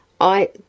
I